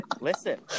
Listen